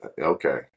Okay